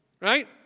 Right